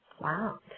Wow